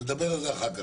נדבר על זה אחר כך,